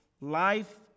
Life